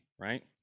right